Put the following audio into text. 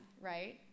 right